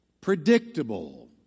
predictable